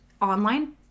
online